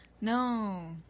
No